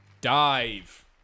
dive